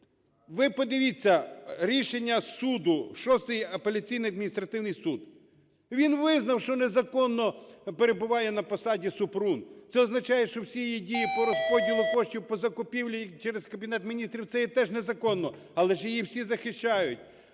Ви подивіться, рішення суду, Шостий апеляційний адміністративний суд, він визнав, що незаконно перебуває на посаді Супрун. Це означає, що всі її дії по розподілу коштів, по закупівлі через Кабінет Міністрів – це є теж незаконно. Але ж її всі захищають.